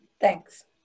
Thanks